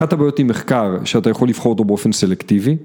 אחת הבעיות במחקר שאתה יכול לבחור אותו באופן סלקטיבי